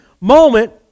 moment